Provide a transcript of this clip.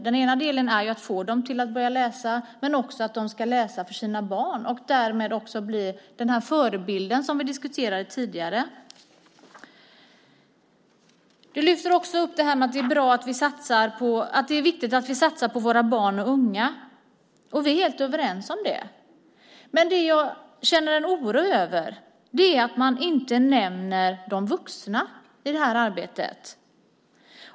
Det går ut på att få dem att börja läsa och att också läsa för sina barn och därmed bli den förebild som vi diskuterade tidigare. Du lyfter också upp att det är viktigt att satsa på våra barn och unga. Det är vi helt överens om. Men jag känner en oro över att man inte nämner de vuxna i det här arbetet.